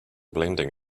blending